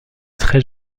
très